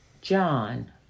John